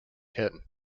curtain